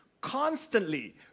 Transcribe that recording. constantly